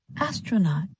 Astronaut